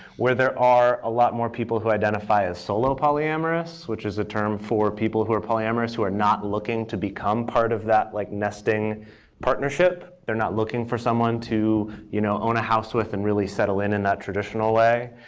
where there are a lot more people who identify as solo polyamorous, which is a term for people who are polyamorous who are not looking to become part of that like nesting partnership. they're not looking for someone to you know own a house with and really settle in in that traditional way.